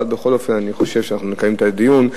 אבל בכל אופן אני חושב שאנחנו נקיים את הדיון,